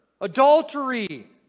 adultery